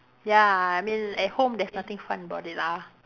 ya I mean at home there's nothing fun about it lah